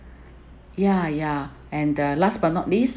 ya ya and the last but not least